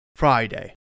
Friday